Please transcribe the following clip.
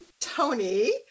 tony